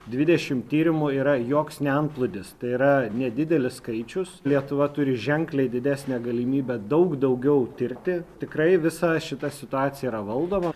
dvidešim tyrimų yra joks ne antplūdis tai yra nedidelis skaičius lietuva turi ženkliai didesnę galimybę daug daugiau tirti tikrai visa šita situacija yra valdoma